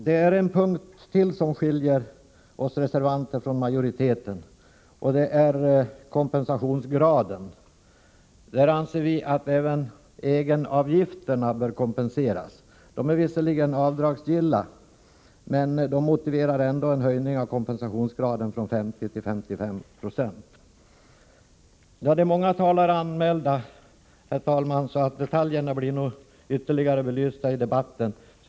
Det är en punkt till som skiljer oss reservanter från majoriteten. Det gäller frågan om kompensationsgraden. Vi anser att även egenavgifterna bör kompenseras. De är visserligen avdragsgilla, men de motiverar ändå en höjning av kompensationsgraden från 50 till 55 90. Det är många talare anmälda, herr talman, så detaljerna blir nog ytterligare belysta i debatten.